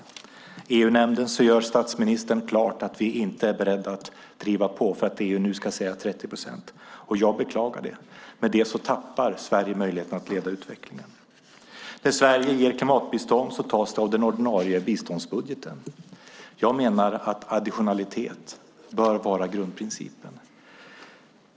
I EU-nämnden gör statsministern klart att vi inte är beredda att driva på för att EU nu ska säga 30 procent. Jag beklagar det. Med det tappar Sverige möjligheten att leda utvecklingen. När Sverige ger klimatbistånd tas det av den ordinarie biståndsbudgeten. Jag menar att additionalitet bör vara grundprincipen.